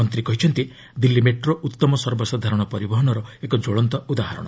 ମନ୍ତ୍ରୀ କହିଛନ୍ତି ଦିଲ୍ଲୀ ମେଟ୍ରୋ ଉତ୍ତମ ସର୍ବସାଧାରଣ ପରିବହନର ଏକ ଜ୍ୱଳନ୍ତ ଉଦାହରଣ